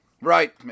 Right